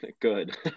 good